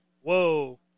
Whoa